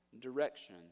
Direction